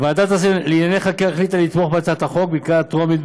ועדת השרים לענייני חקיקה החליטה לתמוך בהצעת החוק בקריאה טרומית,